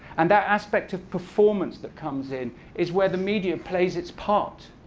and that aspect of performance that comes in is where the media plays its part.